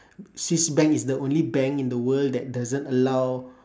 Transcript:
swiss bank is the only bank in the world that doesn't allow